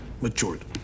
matured